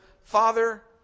Father